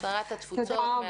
שרת התפוצות.